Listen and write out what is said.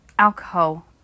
Alcohol